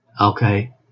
Okay